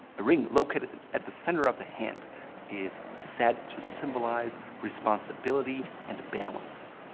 a ring located at the center of the hand is said to symbolize responsibility and balance.